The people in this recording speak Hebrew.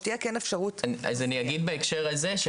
שתהיה כן אפשרות- -- אז אני אגיד בהקשר הזה,